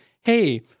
Hey